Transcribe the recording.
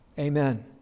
Amen